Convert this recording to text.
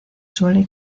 suele